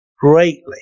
greatly